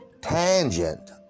tangent